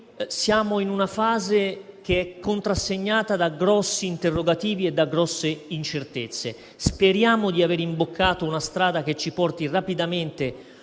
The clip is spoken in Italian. Siamo in una fase contrassegnata da grossi interrogativi e da grosse incertezze. Speriamo di aver imboccato una strada che ci porti rapidamente